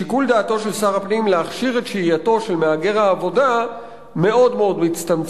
שיקול דעתו של שר הפנים להכשיר את שהייתו של מהגר העבודה מאוד מצטמצם,